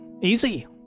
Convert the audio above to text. easy